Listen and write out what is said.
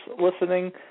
listening